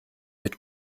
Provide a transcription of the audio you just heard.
mit